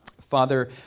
Father